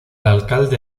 alcalde